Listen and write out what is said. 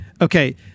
Okay